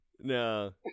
no